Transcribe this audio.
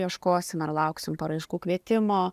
ieškosim ar lauksim paraiškų kvietimo